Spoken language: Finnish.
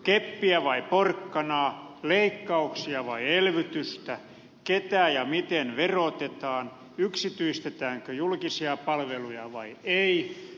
keppiä vai porkkanaa leikkauksia vai elvytystä ketä ja miten verotetaan yksityistetäänkö julkisia palveluja vai ei